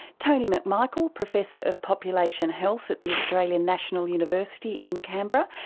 tony mcmichael, professor of population health at the australian national university in canberra,